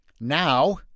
Now